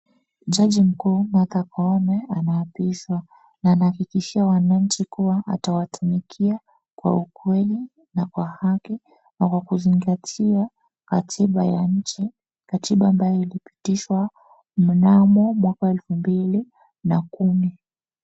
Jaji mkuu Martha Koome anaapishwa na anahakikishia wananchi kuwa atawatumikia kwa ukweli na kwa haki na kwa kuzingatia katiba ya nchi katiba ambayo ilipitishwa mnamo mwaka wa elfu mbili na kumi.